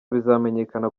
bizamenyekana